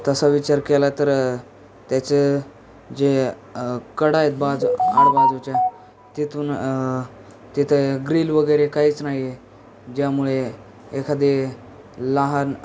तसा विचार केला तर त्याचं जे कडा आहेत बाजू आडबाजूच्या तिथून तिथं ग्रील वगैरे काहीच नाही आहे ज्यामुळे एखादे लहान